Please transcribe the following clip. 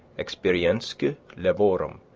experiensque laborum,